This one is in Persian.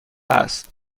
است